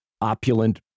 opulent